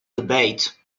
debate